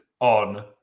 on